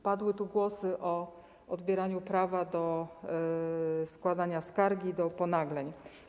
Padły tu głosy o odbieraniu prawa do składania skargi, do wnoszenia ponagleń.